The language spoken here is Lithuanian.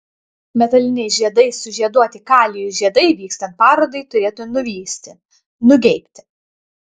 metaliniais žiedais sužieduoti kalijų žiedai vykstant parodai turėtų nuvysti nugeibti